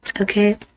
Okay